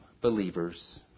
believers